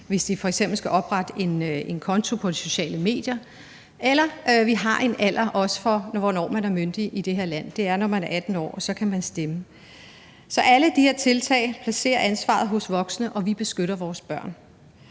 hvis de f.eks. skal oprette en konto på sociale medier. Og vi har også en alder for, hvornår man er myndig i det her land; det er, når man er 18 år, og så kan man stemme. Så alle de her tiltag placerer ansvaret hos voksne, og vi beskytter vores børn.